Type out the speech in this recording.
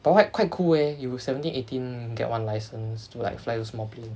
but q~ quite quite cool eh you seventeen eighteen get one license to like fly those small planes